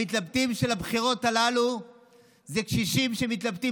המתלבטים של הבחירות הללו זה קשישים שמתלבטים